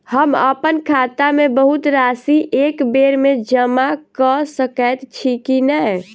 हम अप्पन खाता मे बहुत राशि एकबेर मे जमा कऽ सकैत छी की नै?